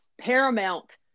paramount